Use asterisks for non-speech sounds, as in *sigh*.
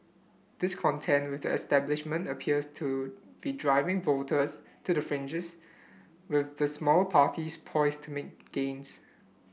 discontent with the establishment appears to be driving voters to the fringes *unintelligible* with the smaller parties poised to make gains